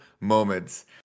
moments